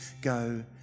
go